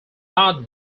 not